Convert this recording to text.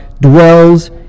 dwells